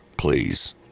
Please